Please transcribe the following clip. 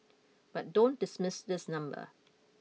but don't dismiss this number